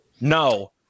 No